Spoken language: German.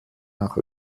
nach